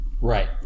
Right